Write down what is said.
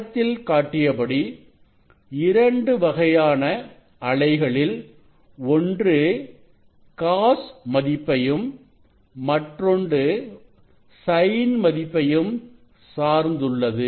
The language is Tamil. படத்தில் காட்டியபடி இரண்டு வகையான அலைகளில் ஒன்று cos மதிப்பையும் மற்றொன்று Sin மதிப்பையும் சார்ந்துள்ளது